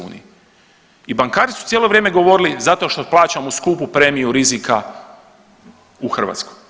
I bankari su cijelo vrijeme govorili zato što plaćamo skupu premiju rizika u Hrvatskoj.